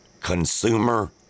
Consumer